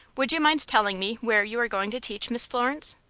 would you mind telling me where you are going to teach, miss florence?